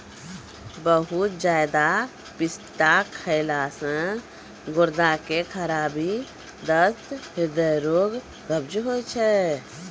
बहुते ज्यादा पिस्ता खैला से गुर्दा के खराबी, दस्त, हृदय रोग, कब्ज होय छै